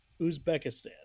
Uzbekistan